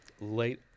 late